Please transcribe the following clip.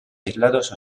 aislados